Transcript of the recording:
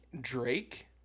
Drake